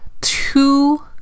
two